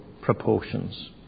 proportions